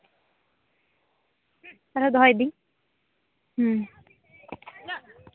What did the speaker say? ᱛᱟᱦᱞᱮ ᱫᱚᱦᱚᱭᱫᱟᱹᱧ ᱦᱩᱸ